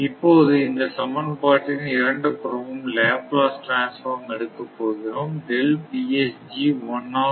இப்போது இந்த சமன்பாட்டின் இரண்டு புறமும் லேப் லாஸ் டிரான்ஸ்பார்ம் எடுக்கப் போகிறோம்